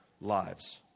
lives